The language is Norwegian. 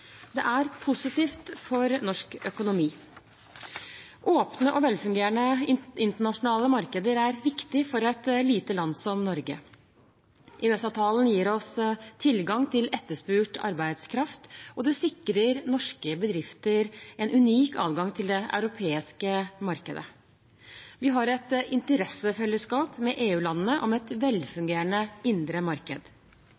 Det er positivt for norsk økonomi. Åpne og velfungerende internasjonale markeder er viktig for et lite land som Norge. EØS-avtalen gir oss tilgang til etterspurt arbeidskraft, og det sikrer norske bedrifter en unik adgang til det europeiske markedet. Vi har et interessefellesskap med EU-landene om et